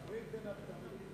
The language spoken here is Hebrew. הברית בין הבתרים.